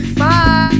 Bye